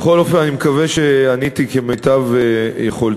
בכל אופן, אני מקווה שעניתי כמיטב יכולתי.